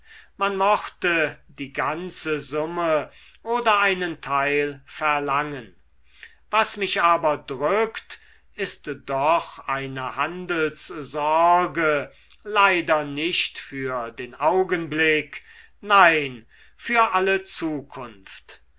man mochte die ganze summe oder einen teil verlangen was mich aber drückt ist doch eine handelssorge leider nicht für den augenblick nein für alle zukunft